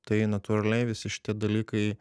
tai natūraliai visi šitie dalykai